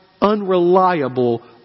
unreliable